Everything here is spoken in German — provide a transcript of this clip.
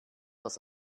das